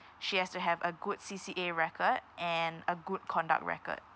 she has to have a good C_C_A record and a good conduct record